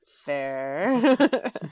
Fair